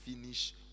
finish